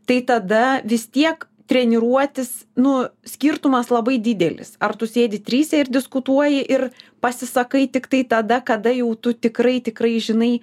tai tada vis tiek treniruotis nu skirtumas labai didelis ar tu sėdi trise ir diskutuoji ir pasisakai tiktai tada kada jau tu tikrai tikrai žinai